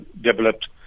developed